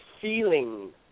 feeling